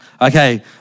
Okay